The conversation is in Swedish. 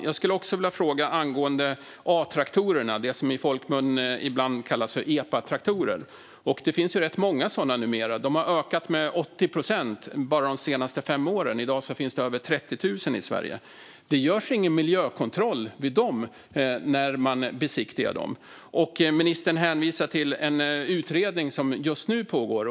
Jag skulle också vilja fråga angående A-traktorerna, som i folkmun ibland kallas epatraktorer. Det finns ju rätt många sådana numera. Antalet har ökat med 80 procent bara de senaste fem åren; i dag finns det över 30 000 i Sverige. Det görs ingen miljökontroll när man besiktigar dem. Ministern hänvisade till en utredning som just nu pågår.